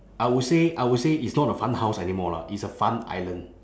I would say I would say it's not a fun house anymore lah it's a fun island